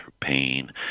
pain